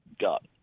got